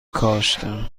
کاشتم